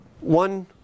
one